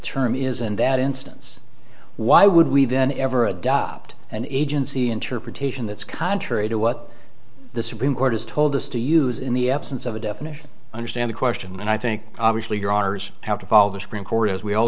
term is in that instance why would we then ever adopt an agency interpretation that's contrary to what the supreme court has told us to use in the absence of a definition understand the question and i think obviously your honors have to follow the supreme court as we all